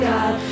God